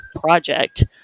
project